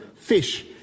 fish